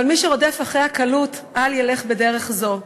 מי שרודף אחרי הקלות, אל ילך בדרך זו.